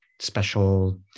special